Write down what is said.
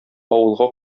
авылга